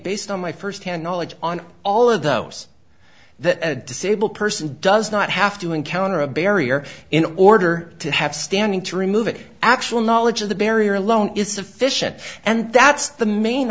based on my firsthand knowledge on all of those that a disabled person does not have to encounter a barrier in order to have standing to remove an actual knowledge of the barrier alone is sufficient and that's the main